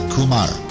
Kumar